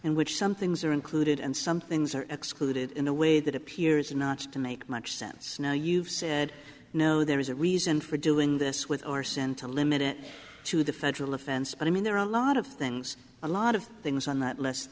in which some things are included and some things are excluded in a way that appears not to make much sense now you've said no there is a reason for doing this with or sent to limit it to the federal offense i mean there are a lot of things a lot of things on that l